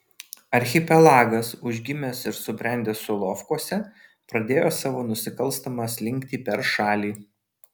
archipelagas užgimęs ir subrendęs solovkuose pradėjo savo nusikalstamą slinktį per šalį